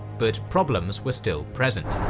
but problems were still present.